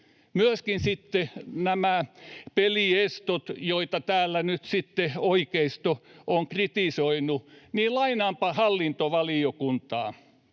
Myöskin nämä peliestot, joita täällä nyt oikeisto on kritisoinut — lainaanpa hallintovaliokuntaa: